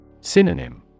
Synonym